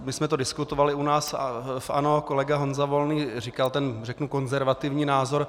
My jsme to diskutovali u nás v ANO, kolega Honza Volný říkal ten, řeknu, konzervativní názor.